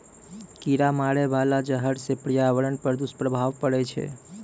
कीरा मारै बाला जहर सँ पर्यावरण पर दुष्प्रभाव पड़ै छै